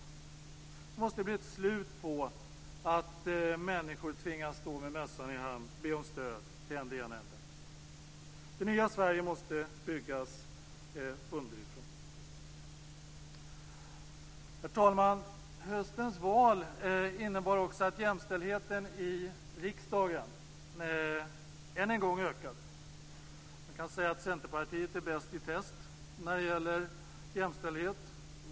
Det måste bli slut på att människor tvingas att stå med mössan i hand och be om stöd till än det ena än det andra. Det nya Sverige måste byggas underifrån. Herr talman! Höstens val innebar också att jämställdheten i riksdagen än en gång ökade. Centerpartiet är bäst i test när det gäller jämställdhet.